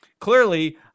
Clearly